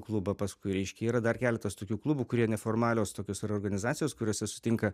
klubą paskui reiškia yra dar keletas tokių klubų kurie neformalios tokios ir organizacijos kuriose susitinka